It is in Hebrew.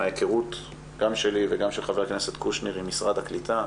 מההיכרות גם שלי וגם של חבר הכנסת קושניר עם משרד הקליטה,